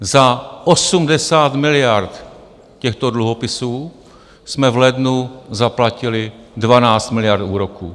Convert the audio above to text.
Za 80 miliard těchto dluhopisů jsme v lednu zaplatili 12 miliard úroků.